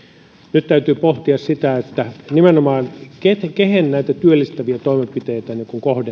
nyt täytyy pohtia nimenomaan sitä kehen näitä työllistäviä toimenpiteitä